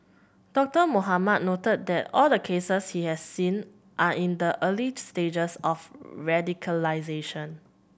Doctor Mohamed noted that all the cases he has seen are in the early stages of radicalisation